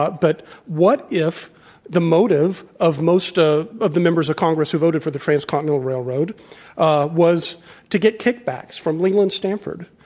ah but what if the motive of most ah of the members of congress who voted for the transcontinental railroad was to get kickbacks from leland stanford?